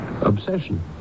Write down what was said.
obsession